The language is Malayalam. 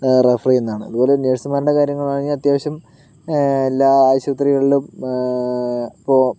റെഫർ ചെയ്യുന്നതാണ് അതു പോലെ നേഴ്സ്മാരുടെ കാര്യങ്ങളാണെങ്കിൽ അത്യാവശ്യം എല്ലാ ആശുപത്രികളിലും ഇപ്പോൾ